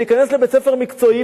להיכנס לבית-ספר מקצועי,